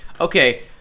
Okay